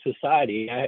society